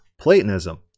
Platonism